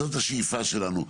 זאת השאיפה שלנו.